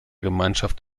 gemeinschaft